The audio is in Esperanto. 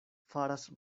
faras